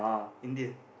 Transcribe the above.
Indian